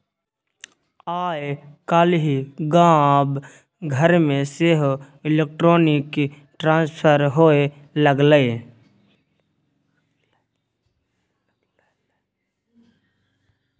आय काल्हि गाम घरमे सेहो इलेक्ट्रॉनिक ट्रांसफर होए लागलै